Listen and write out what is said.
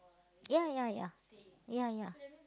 ya ya ya ya ya